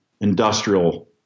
industrial